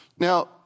Now